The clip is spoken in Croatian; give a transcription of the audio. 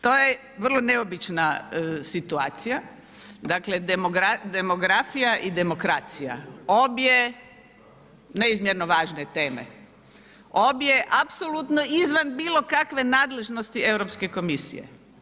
To je vrlo neobična situacija, dakle demografija i demokracija, obje neizmjerno važne teme, obje apsolutno izvan bilo kakve nadležnosti Europske komisije.